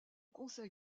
conseil